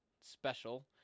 special